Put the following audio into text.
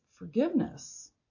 forgiveness